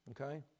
Okay